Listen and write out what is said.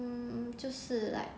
mm 就是 like